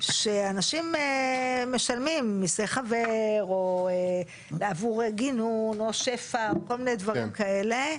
שאנשים משלמים מיסי חבר או בעבור גינון או שפ"ע או כל מיני דברים כאלה.